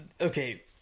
okay